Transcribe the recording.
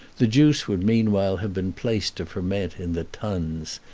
the juice would meanwhile have been placed to ferment in the tuns,